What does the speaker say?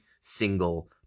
single